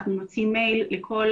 אנחנו נוציא מייל לכל